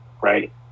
right